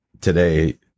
today